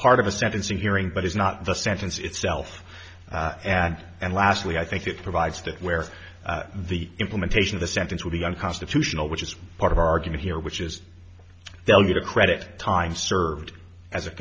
part of the sentencing hearing but it's not the sentence itself and and lastly i think it provides that where the implementation of the sentence would be unconstitutional which is part of our argument here which is they'll get a credit time served a